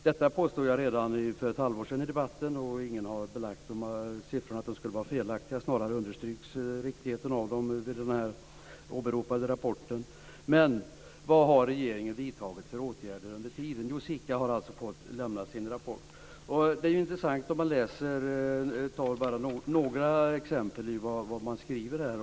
Detta påstod jag redan för ett halvår sedan i debatten, och ingen har belagt att de här siffrorna skulle vara felaktiga. Snarare understryks riktigheten av dem i den åberopade rapporten. Men vad har regeringen vidtagit för åtgärder under tiden? Jo, SIKA har alltså fått lämna sin rapport. Det är ju intressant om man tar bara några exempel ur vad man skriver här.